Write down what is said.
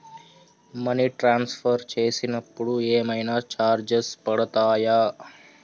Money transfer చేసినప్పుడు ఏమైనా charges పడతయా?